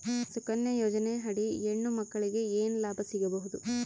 ಸುಕನ್ಯಾ ಯೋಜನೆ ಅಡಿ ಹೆಣ್ಣು ಮಕ್ಕಳಿಗೆ ಏನ ಲಾಭ ಸಿಗಬಹುದು?